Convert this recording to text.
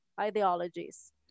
ideologies